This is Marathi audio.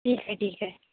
ठीक आहे ठीक आहे